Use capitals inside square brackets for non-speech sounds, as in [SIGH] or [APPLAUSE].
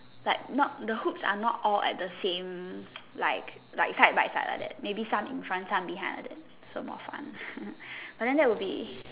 like not the hooks are not all at the same like like side by side like that maybe some in front some behind like that so more fun [BREATH] but then that would be